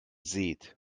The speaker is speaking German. sät